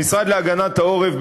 המשרד להגנת העורף,